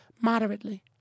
moderately